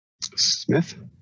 Smith